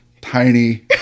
tiny